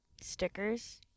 Stickers